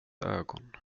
ögon